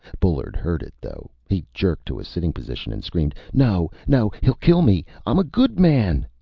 bullard heard it, though. he jerked to a sitting position, and screamed. no! no! he'll kill me! i'm a good man.